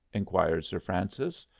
inquired sir francis.